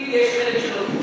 גם הוותיקים, יש חלק שלא קיבלו.